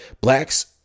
blacks